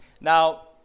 Now